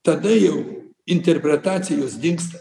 tada jau interpretacijos dingsta